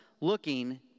looking